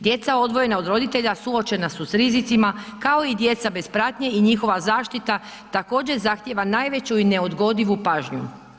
Djeca odvojena od roditelja suočena su s rizicima, kao i djeca bez pratnje i njihova zaštita također zahtjeva najveću i neodgodivu pažnju.